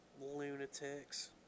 Lunatics